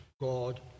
god